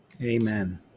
Amen